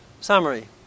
Summary